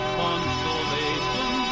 consolation